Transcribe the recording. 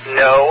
no